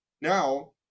now